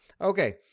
Okay